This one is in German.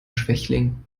schwächling